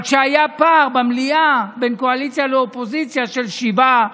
אבל כשהיה פער במליאה בין קואליציה לאופוזיציה של שבעה,